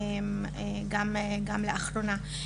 גם לאחרונה.